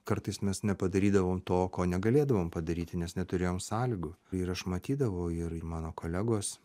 kartais mes nepadarydavom to ko negalėdavom padaryti nes neturėjom sąlygų ir aš matydavau ir mano kolegos